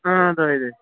دۄیہِ دۅہۍ